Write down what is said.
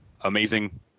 amazing